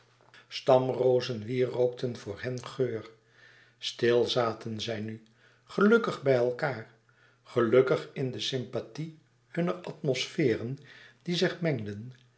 stamrozen wierookten voor hen geur stil zaten ze nu gelukkig bij elkaâr louis couperus extaze een boek van geluk gelukkig in de sympathie hunner atmosferen die zich mengden